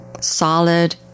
solid